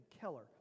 Keller